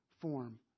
form